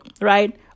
right